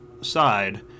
side